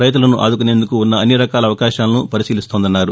రైతులను ఆదుకునేందుకు ఉన్న అన్నిరకాల అవకాశాలను పరిశీలిస్తోందన్నారు